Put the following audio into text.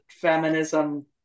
feminism